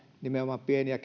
nimenomaan pieni ja